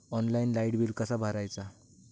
Online light bill कसा भरायचा?